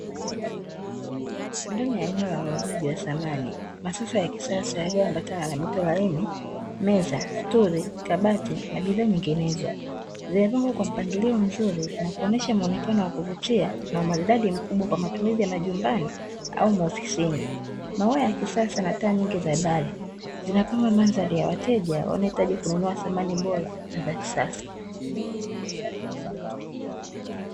Ndani ya eneo la wauzaji wa samani masofa ya kisasa yakiwa yameambatana na mito laini, meza, stuli, kabati, na bidhaa nyinginezo. Zimepangwa kwa mpangilio mzuri na kuonyesha muonekano wa kuvutia na umaridadi mkubwa, kwa matumizi ya majumbani au maofisini. Maua ya kisasa na taa nyingi za dari, zinapamba mandhari ya wateja wanohitaji kununua samani bora, na za kisasa.